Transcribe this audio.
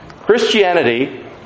Christianity